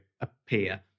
appear